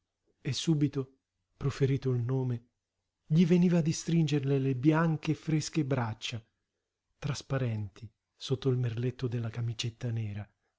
e subito proferito il nome gli veniva di stringerle le bianche e fresche braccia trasparenti sotto il merletto della camicetta nera